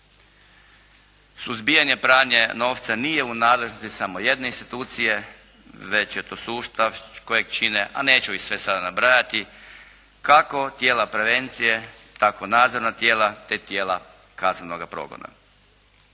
Suzbijanje pranja novca nije u nadležnosti samo jedne institucije već je to sustav kojeg čine, a neću ih sve sada nabrajati kako tijela prevencije tako nadzorna tijela te tijela kaznenoga progona.